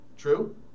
true